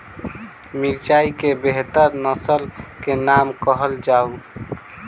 मिर्चाई केँ बेहतर नस्ल केँ नाम कहल जाउ?